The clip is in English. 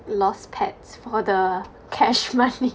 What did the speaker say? lost pets for the cash money